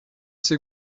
sie